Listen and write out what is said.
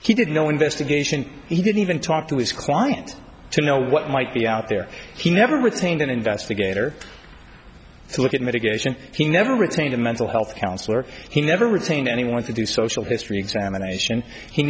he did no investigation he didn't even talk to his client to know what might be out there he never retained an investigator to look at mitigation he never retained a mental health counselor he never retained anyone to do social history examination he